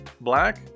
black